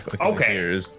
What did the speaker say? okay